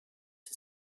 der